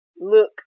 look